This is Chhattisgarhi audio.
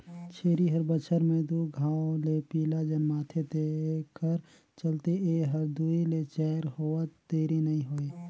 छेरी हर बच्छर में दू घांव ले पिला जनमाथे तेखर चलते ए हर दूइ ले चायर होवत देरी नइ होय